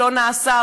שלא נעשה,